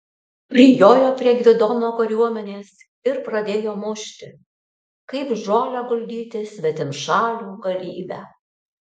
prijojo prie gvidono kariuomenės ir pradėjo mušti kaip žolę guldyti svetimšalių galybę